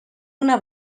una